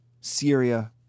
Syria